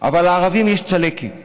אבל לערבים יש צלקת.